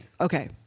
Okay